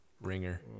ringer